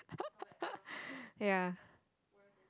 yeah